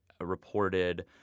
reported